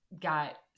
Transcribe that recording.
got